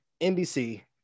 NBC